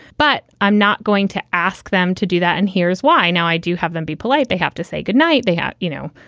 but i'm not going to ask them to do that. and here's why. now, i do have them be polite. they have to say good night. they have, you know,